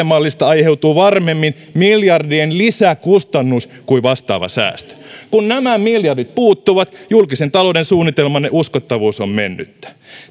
mallista aiheutuu varmemmin miljardien lisäkustannus kuin vastaava säästö kun nämä miljardit puuttuvat julkisen talouden suunnitelmanne uskottavuus on mennyttä